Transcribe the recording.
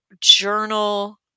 journal